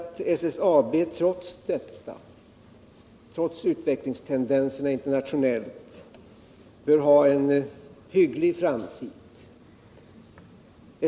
SSAB bör trots utvecklingstendenserna internationellt ha en hygglig framtid.